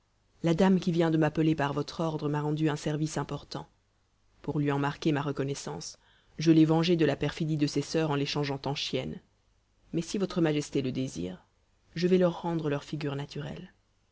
la dame qui vient de m'appeler par votre ordre m'a rendu un service important pour lui en marquer ma reconnaissance je l'ai vengée de la perfidie de ses soeurs en les changeant en chiennes mais si votre majesté le désire je vais leur rendre leur figure naturelle